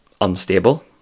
unstable